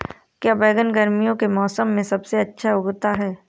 क्या बैगन गर्मियों के मौसम में सबसे अच्छा उगता है?